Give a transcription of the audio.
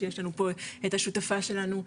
שיש לנו פה את השותפה שלנו,